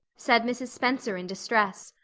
said mrs. spencer in distress.